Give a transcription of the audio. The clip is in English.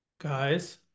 guys